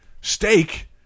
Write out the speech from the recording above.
steak